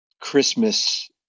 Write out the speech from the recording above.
Christmas